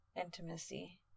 intimacy